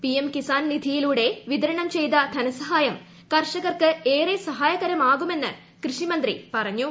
PM Kisan നിധിയിലൂടെ വിതരണം ചെയ്ത ധനസഹായം കർഷകർക്ക് ഏറെ സഹായകരമാകുമെന്ന് കൃഷിമന്ത്രി പറഞ്ഞു